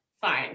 fine